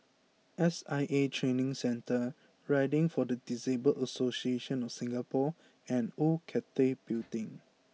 S I A Training Centre Riding for the Disabled Association of Singapore and Old Cathay Building